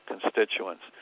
constituents